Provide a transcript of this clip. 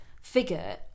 figure